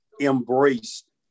embraced